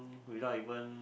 without even